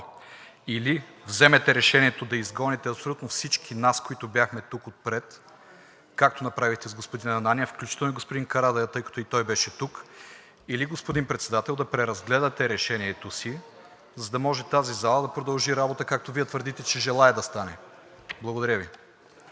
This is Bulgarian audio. като вземете решението или да изгоните абсолютно всички нас, които бяхме тук отпред, както направихте с господин Ананиев, включително и господин Карадайъ, тъй като и той беше тук, или, господин Председател, да преразгледате решението си, за да може тази зала да продължи работа, както Вие твърдите, че желаете да стане. Благодаря Ви.